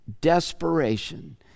Desperation